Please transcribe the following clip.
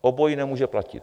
Obojí nemůže platit.